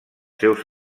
seus